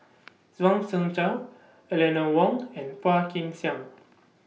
Zhuang Shengtao Eleanor Wong and Phua Kin Siang